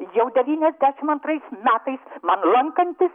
jau devyniasdešim antrais metais man lankantis